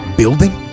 building